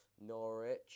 Norwich